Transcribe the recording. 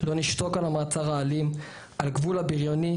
לא נשתוק על המעצר האלים על גבול הביריוני.